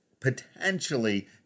potentially